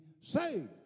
saved